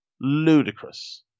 ludicrous